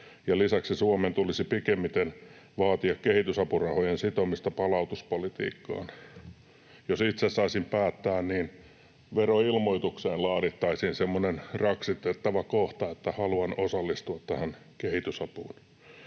lisäksi Suomen tulisi pikimmiten vaatia kehitysapurahojen sitomista palautuspolitiikkaan. Jos itse saisin päättää, veroilmoitukseen laadittaisiin semmoinen raksitettava kohta, että haluan osallistua tähän kehitysapuun.